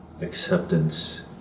acceptance